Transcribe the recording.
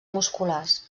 musculars